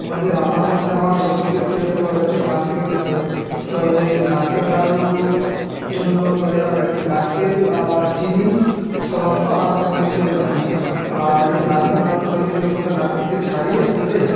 আমাদের রান্নার মধ্যে আমার সবথেকে প্রিয় খাবার হচ্ছে নারকেল নাড়ু তো এই নারকেল নাড়ু জন্য প্রয়োজন একটি নারকেল আর চিনি সাধারণত আর তেমন কিছু প্রয়োজন হয় না আর এই নারকেল নাড়ুর তৈরির জন্য প্রথমে নারকেলকে ছাড়িয়ে কুড়ে